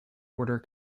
order